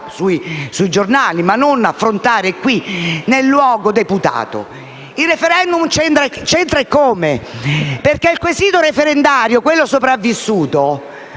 sui giornali, ma non affrontare qui, nel luogo deputato. Il *referendum* c'entra eccome, perché il quesito referendario, quello sopravvissuto,